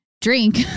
drink